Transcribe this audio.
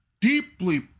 deeply